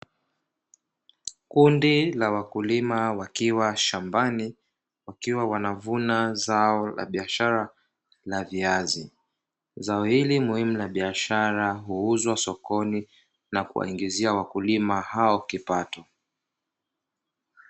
Kundi la wakulima wakiwa shambani wakiwa wanavuna zao la biashara la viazi, zao hili muhimu la biashara huuzwa sokoni na kuwaingizia wakulima hao kipato.